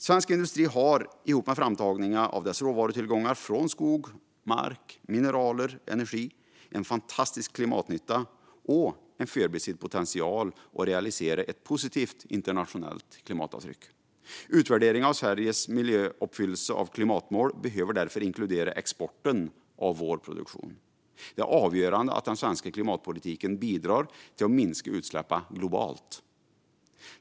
Svensk industri har, tillsammans med framtagningen av dess råvarutillgångar från skog, mark, mineraler och energi, en fantastisk klimatnytta och en förbisedd potential att realisera ett positivt internationellt klimatavtryck. Utvärderingen av Sveriges uppfyllelse av klimatmål behöver därför inkludera exporten av vår produktion. Det är avgörande att den svenska klimatpolitiken bidrar till att minska utsläppen globalt.